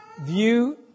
View